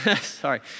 sorry